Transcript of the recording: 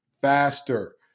faster